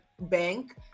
bank